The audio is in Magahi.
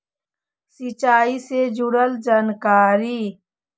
सिंचाई से जुड़ल जानकारी?